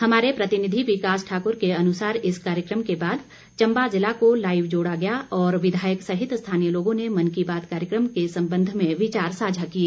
हमारे प्रतिनिधि विकास ठाक्र के अनुसार इस कार्यक्रम के बाद चम्बा ज़िला को लाईव जोड़ा गया और विधायक सहित स्थानीय लोगों ने मन की बात कार्यक्रम के संबंध में विचार साझा किए